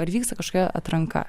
ar vyksta kažkokia atranka